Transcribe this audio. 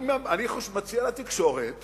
אני מציע לתקשורת